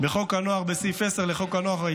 בסעיף 10 לחוק הנוער,